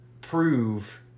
prove